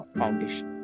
foundation